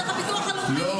דרך הביטוח הלאומי.